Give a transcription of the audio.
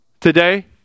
today